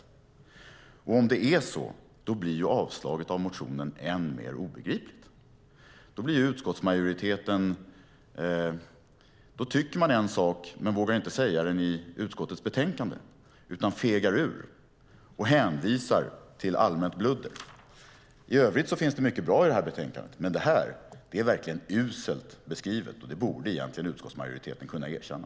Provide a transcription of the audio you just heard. Om det är så blir avstyrkandet av motionen än mer obegripligt. Då tycker man en sak men vågar inte säga det i utskottets betänkande utan fegar ur och hänvisar till allmänt bludder. I övrigt finns det mycket bra i detta betänkande, men det här är verkligen uselt beskrivet. Det borde egentligen utskottsmajoriteten kunna erkänna.